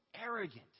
arrogant